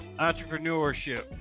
entrepreneurship